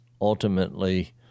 ultimately